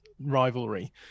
Rivalry